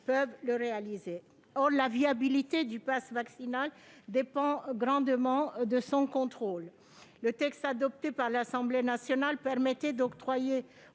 ces contrôles. Or la viabilité du passe vaccinal dépend grandement de son contrôle. Le texte adopté par l'Assemblée nationale permettait d'octroyer